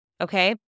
Okay